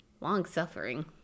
long-suffering